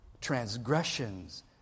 transgressions